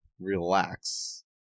relax